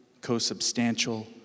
co-substantial